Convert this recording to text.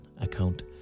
account